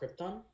Krypton